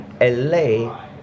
LA